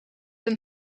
een